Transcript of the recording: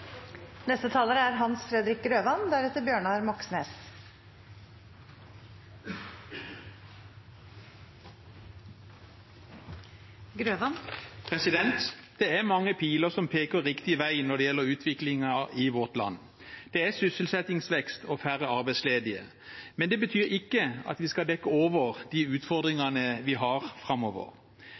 Det er mange piler som peker riktig vei når det gjelder utviklingen i vårt land. Det er sysselsettingsvekst og færre arbeidsledige. Men det betyr ikke at vi skal dekke over de utfordringene vi har framover.